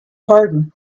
pardon